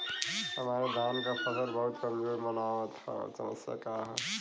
हमरे धान क फसल बहुत कमजोर मनावत ह समस्या का ह?